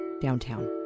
downtown